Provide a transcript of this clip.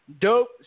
Dope